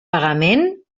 pagament